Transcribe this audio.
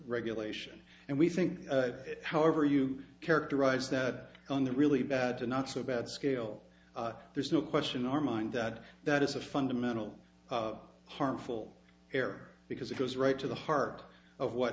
regulation and we think however you characterize that on the really bad to not so bad scale there's no question our mind that that is a fundamental harmful air because it goes right to the heart of what